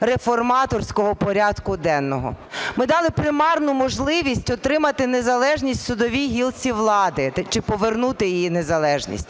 реформаторського порядку денного, ми дали примарну можливість отримати незалежність в судовій гілці влади чи повернути її незалежність,